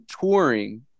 touring